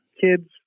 kids